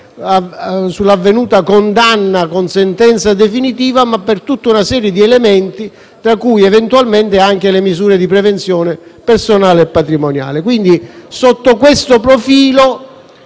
sulla avvenuta condanna con sentenza definitiva ma per tutta una serie di elementi, tra cui eventualmente anche le misure di prevenzione personale e patrimoniale. Sotto questo profilo,